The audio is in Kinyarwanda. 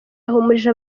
yahumurije